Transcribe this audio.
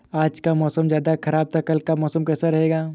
आज का मौसम ज्यादा ख़राब था कल का कैसा रहेगा?